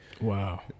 Wow